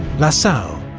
lasalle,